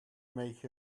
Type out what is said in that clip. make